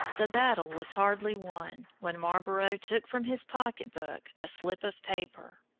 the battle was hardly won when marlborough took from his pocket-book a slip of paper.